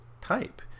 type